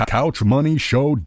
CouchMoneyShow